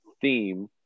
theme